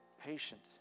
Patient